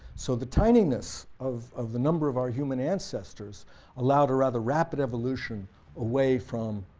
so the tinyness of of the number of our human ancestors allowed a rather rapid evolution away from